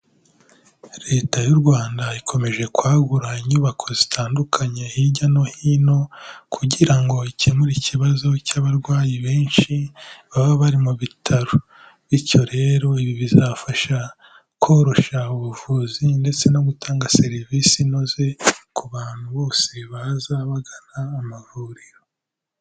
Leta y'u Rwanda ikomeje kwagura inyubako zitandukanye hirya no hino kugira ngo ikemure ikibazo cy'abarwayi benshi baba bari mu bitaro, bityo rero ibi bizafasha koroshya ubuvuzi ndetse no gutanga serivisi inoze ku bantu bose baza bagana amavuriro.